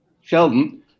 Sheldon